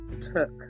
took